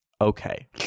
okay